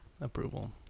approval